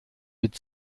mit